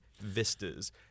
vistas